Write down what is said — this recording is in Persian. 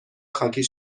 خاکی